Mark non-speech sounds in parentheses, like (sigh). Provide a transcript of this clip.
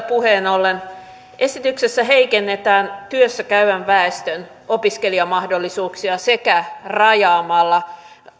(unintelligible) puheen ollen esityksessä heikennetään työssä käyvän väestön opiskelumahdollisuuksia sekä rajaamalla